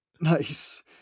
nice